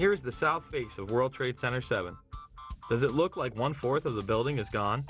here is the south face of the world trade center seven does it look like one fourth of the building is gone